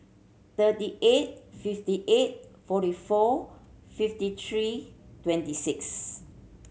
thirty eight fifty eight forty four fifty three twenty six